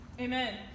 Amen